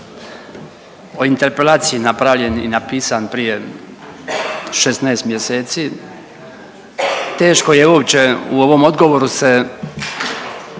o interpelaciji napravljen i napisan prije 16 mjeseci teško je uopće u ovom odgovoru se